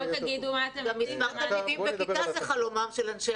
גם מספר תלמידים בכיתה זה חלומם של אנשי